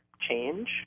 change